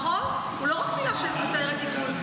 "מחול" הוא לא רק מילה שמתארת עיגול.